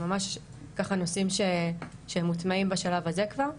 זה ממש נושאים שהם מוטמעים בשלב הזה כבר.